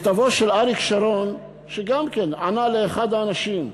מכתבו של אריק שרון, שגם כן ענה לאחד האנשים,